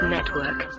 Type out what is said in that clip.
Network